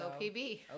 OPB